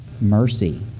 mercy